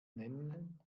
nennen